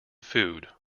food